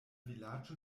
vilaĝo